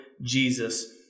Jesus